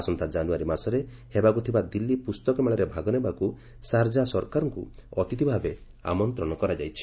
ଆସନ୍ତା ଜାନୁଆରୀ ମାସରେ ହେବାକୁ ଥିବା ଦିଲ୍ଲୀ ପୁସ୍ତକ ମେଳାରେ ଭାଗ ନେବାକୁ ସାରଜା ସରକାରଙ୍କୁ ଅତିଥି ଭାବେ ଆମନ୍ତ୍ରଣ କରାଯାଇଛି